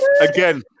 Again